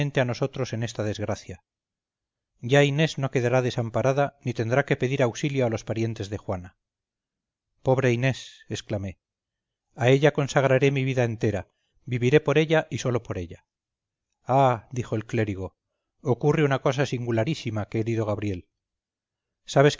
a nosotros en esta desgracia ya inés no quedará desamparada ni tendrá que pedir auxilio a los parientes de juana pobre inés exclamé a ella consagraré mi vida entera viviré por ella y sólo por ella ah dijo el clérigo ocurre una cosa singularísima querido gabriel sabes